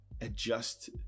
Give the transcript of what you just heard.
adjust